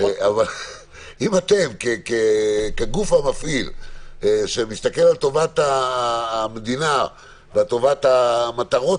אם אתם כגוף המפעיל שמסתכל על טובת המדינה וטובת המטרות